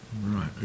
right